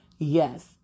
Yes